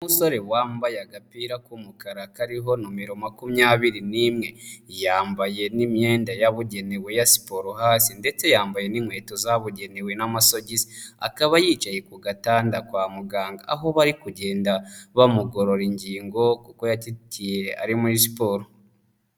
Umusore wambaye agapira k'umukara kariho numero 21 nmwe yambaye n'imyenda yabugenewe ya siporo hasi ndetse yambaye n'inkweto zabugenewe n'amasogisi akaba yicaye ku gatanda kwa muganga aho bari kugenda bamugororera ingingo kuko ya ari muri siporo.